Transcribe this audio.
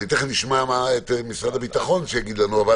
אני תכף אשמע את משרד הביטחון שיגיד לנו אבל